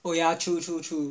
oh yeah true true true